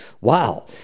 Wow